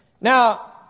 Now